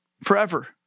Forever